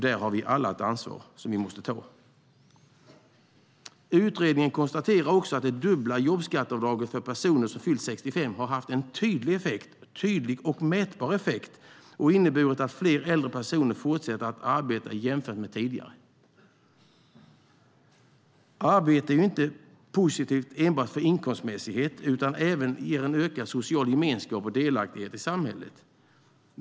Där har vi alla ett ansvar som vi måste ta. Utredningen konstaterar också att det dubbla jobbskatteavdraget för personer som har fyllt 65 år har haft en tydlig och mätbar effekt och inneburit att fler äldre personer fortsätter att arbeta jämfört med tidigare. Arbete är positivt inte enbart inkomstmässigt, utan det ger även ökad social gemenskap och delaktighet i samhället.